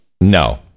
No